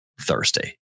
Thursday